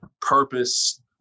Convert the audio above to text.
purpose